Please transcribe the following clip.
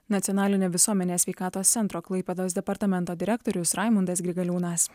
nacionalinio visuomenės sveikatos centro klaipėdos departamento direktorius raimundas grigaliūnas